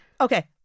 Okay